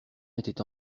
était